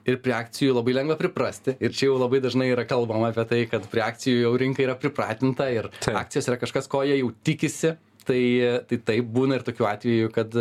ir prie akcijų labai lengva priprasti ir čia jau labai dažnai yra kalbama apie tai kad prie akcijų jau rinka yra pripratinta ir akcijos yra kažkas ko jie jau tikisi tai tai taip būna ir tokių atvejų kad